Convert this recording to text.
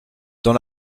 dans